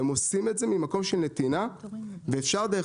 הם עושים את זה ממקום של נתינה ואפשר דרך